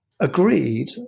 Agreed